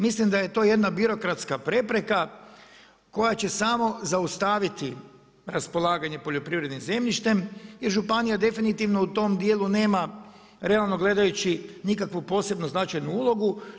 Mislim da je to jedna birokratska prepreka koja će samo zaustaviti raspolaganjem poljoprivrednim zemljištem i županija definitivno u tom dijelu nema realno gledajući nikakvu posebno značajnu ulogu.